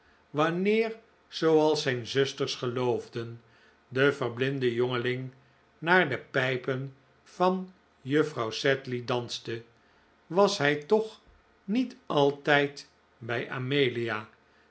wanneer zooals zijn zusters geloofden de verblinde jongeling naar de pijpen van juffrouw sedley danste was hij toch niet altijd bij amelia